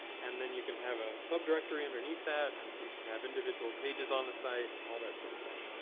and then you can have a subdirectory underneath that. and so you can have individual pages on the site all that sort of thing.